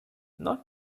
not